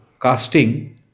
casting